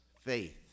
faith